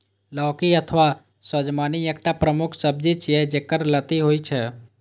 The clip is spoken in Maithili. लौकी अथवा सजमनि एकटा प्रमुख सब्जी छियै, जेकर लत्ती होइ छै